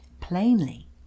plainly